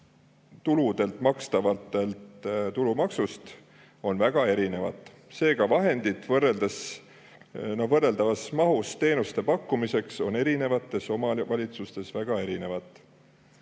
tulumaksust, on väga erinevad, seega ka vahendid võrreldavas mahus teenuste pakkumiseks on erinevates omavalitsustes väga erinevad.